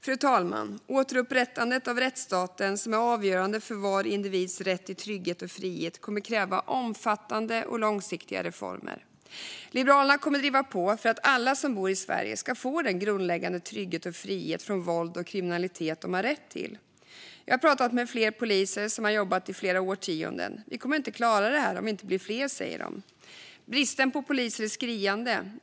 Fru talman! Återupprättandet av rättsstaten, som är avgörande för var individs rätt till trygghet och frihet, kommer att kräva omfattande och långsiktiga reformer. Liberalerna kommer att driva på för att alla som bor i Sverige ska få den grundläggande trygghet och frihet från våld och kriminalitet de har rätt till. Jag har pratat med flera poliser som har jobbat i flera årtionden. Vi kommer inte klara detta om vi inte blir fler, säger de. Bristen på poliser är skriande.